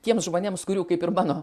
tiems žmonėms kurių kaip ir mano